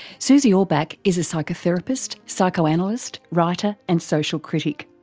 susie orbach is a psychotherapist, psychoanalyst, writer and social critic.